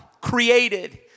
created